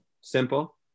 simple